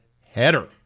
header